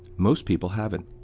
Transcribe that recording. most people haven't.